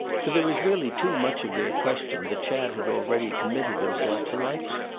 for there was really too much of their question that chad had already committed himself to liking.